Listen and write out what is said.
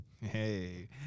Hey